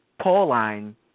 Pauline